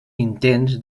intents